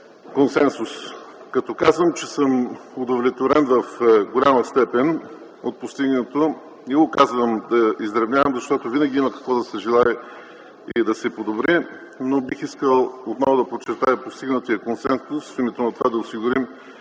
консенсус. Като казвам, че съм удовлетворен в голяма степен от постигнатото, не го казвам да издребнявам, защото винаги има какво да се желае и да се подобри, но бих искал отново да подчертая постигнатия консенсус в името на това да осигурим